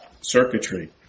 circuitry